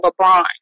LeBron